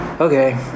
okay